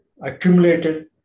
Accumulated